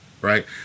Right